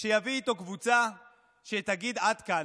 שיביא איתו קבוצה שתגיד: עד כאן,